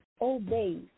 obey